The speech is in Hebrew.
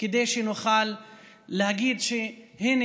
כדי שנוכל להגיד שהינה,